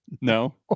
no